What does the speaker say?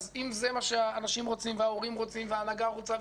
שאם זה מה שההורים רוצים וההנהגה רוצה,